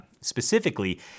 specifically